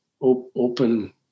open